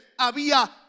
había